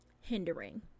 hindering